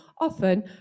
often